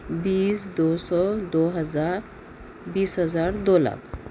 بیس دو سو دو ہزار بیس ہزار دو لاکھ